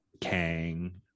Kang